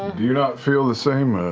you not feel the same